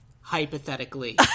hypothetically